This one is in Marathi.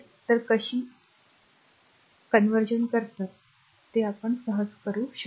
तर अशी वेळ की वेळ असेल असे म्हटले जाईल ते सहज करू शकते